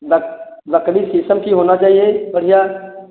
luck लकड़ी शीशम की होनी चाहिए बढ़िया